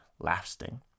lasting